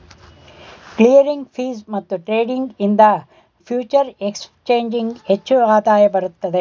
clearing fees ಮತ್ತು trading ಇಂದ ಫ್ಯೂಚರೆ ಎಕ್ಸ್ ಚೇಂಜಿಂಗ್ ಹೆಚ್ಚು ಆದಾಯ ಬರುತ್ತದೆ